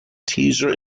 teaser